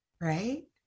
right